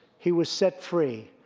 he was set free.